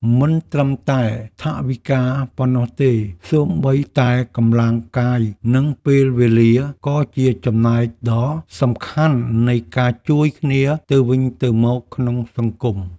មិនត្រឹមតែថវិកាប៉ុណ្ណោះទេ សូម្បីតែកម្លាំងកាយនិងពេលវេលាក៏ជាចំណែកដ៏សំខាន់នៃការជួយគ្នាទៅវិញទៅមកក្នុងសង្គម។